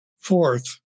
Fourth